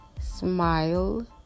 smile